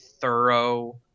thorough